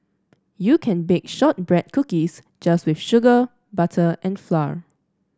you can bit shortbread cookies just with sugar butter and flour